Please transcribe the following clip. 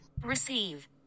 Receive